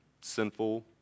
Sinful